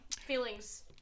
Feelings